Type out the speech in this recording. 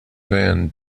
van